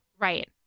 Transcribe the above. Right